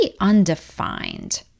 undefined